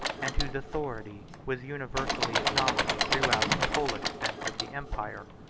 and whose authority was universally acknowledged throughout the whole extent of the empire.